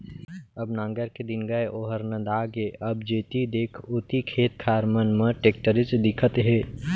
अब नांगर के दिन गय ओहर नंदा गे अब जेती देख ओती खेत खार मन म टेक्टरेच दिखत हे